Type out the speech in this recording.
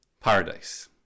paradise